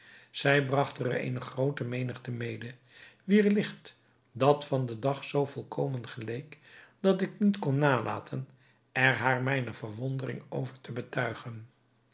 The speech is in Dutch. zij bragten er eene groote menigte mede wier licht dat van den dag zoo volkomen geleek dat ik niet kon nalaten er haar mijne verwondering over te betuigen